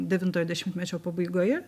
devintojo dešimtmečio pabaigoje